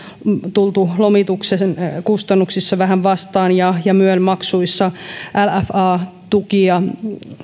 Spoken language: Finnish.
tultu lomituksen kustannuksissa vähän vastaan ja ja myel maksuissa lfa tukia